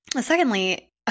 Secondly